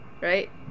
right